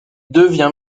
devient